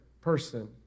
person